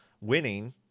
Winning